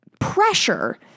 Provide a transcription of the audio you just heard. pressure